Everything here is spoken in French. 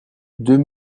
deux